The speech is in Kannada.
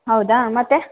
ಹೌದಾ ಮತ್ತೆ